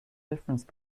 difference